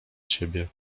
ciebie